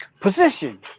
Position